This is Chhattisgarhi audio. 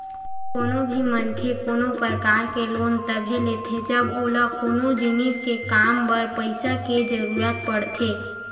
कोनो भी मनखे कोनो परकार के लोन तभे लेथे जब ओला कोनो जिनिस के काम बर पइसा के जरुरत पड़थे